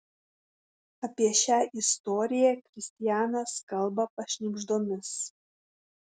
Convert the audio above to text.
apie šią istoriją kristianas kalba pašnibždomis